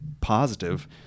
positive